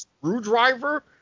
screwdriver